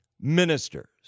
ministers